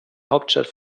hauptstadt